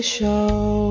Show